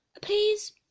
Please